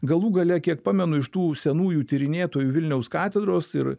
galų gale kiek pamenu iš tų senųjų tyrinėtojų vilniaus katedros ir